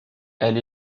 elle